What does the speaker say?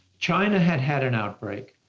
china had had an outbreak.